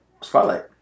Spotlight